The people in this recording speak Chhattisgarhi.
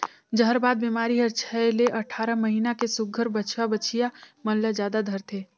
जहरबाद बेमारी हर छै ले अठारह महीना के सुग्घर बछवा बछिया मन ल जादा धरथे